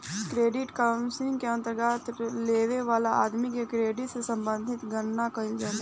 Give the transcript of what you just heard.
credit counselling के अंतर्गत कर्जा लेबे वाला आदमी के क्रेडिट से संबंधित गणना कईल जाला